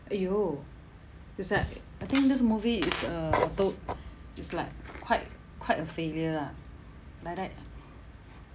!aiyo! it's like I think this movie is a to~ it's like quite quite a failure ah like that